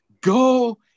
go